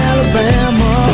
Alabama